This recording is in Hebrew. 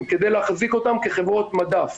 כדי להחזיק אותן כחברות מדף.